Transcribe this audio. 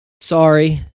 Sorry